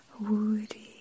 woody